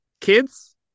Kids